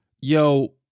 yo